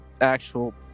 actual